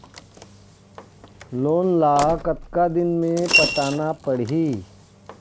Loan ला कतका दिन मे पटाना पड़ही?